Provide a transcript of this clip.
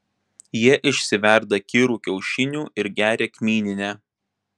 jie išsiverda kirų kiaušinių ir geria kmyninę